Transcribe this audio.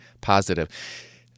positive